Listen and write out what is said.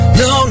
no